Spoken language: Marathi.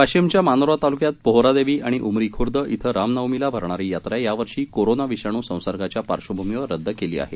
वाशिमच्या मानोरा तालुक्यात पोहरादेवी आणि उमरी खुर्द इथं राम नवमीला भरणारी यात्रा यावर्षी कोरोना विषाणू संसर्गाच्या पार्श्वभूमीवर रद्द केली आहे